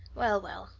well, well,